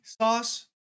sauce